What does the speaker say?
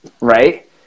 Right